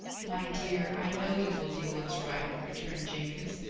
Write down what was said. my dear, i know you will do what's right, returned jenkins,